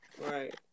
Right